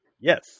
Yes